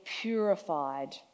purified